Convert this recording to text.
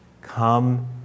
Come